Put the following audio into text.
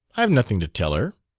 i have nothing to tell her.